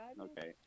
okay